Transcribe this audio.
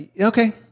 Okay